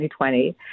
2020